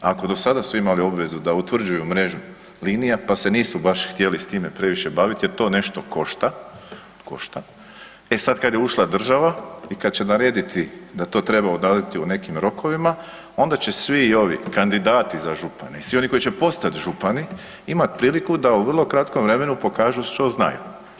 Ako do sada su imali obvezu da utvrđuju mrežu linija pa se nisu baš htjeli s time baviti jer to nešto košta, košta, e sad kad je ušla država i kad će narediti da to treba odraditi u nekim rokovima, onda će svi ovi kandidati za župane i svi oni koji će postati župani imati priliku da u vrlo kratkom vremenu pokažu što znaju.